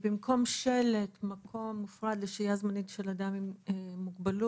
במקום שלט "מקום מופרד לשהייה זמנית של אדם עם מוגבלות",